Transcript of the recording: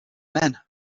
men